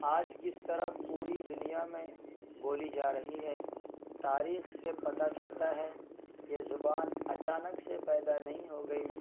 آج کس طرح پوری دنیا میں بولی جا رہی ہے تاریخ سے پتہ چلتا ہے یہ زبان اچانک سے پیدا نہیں ہو گئی